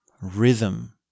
Rhythm